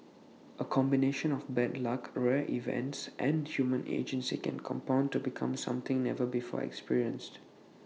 A combination of bad luck rare events and human agency can compound to become something never before experienced